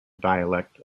dialect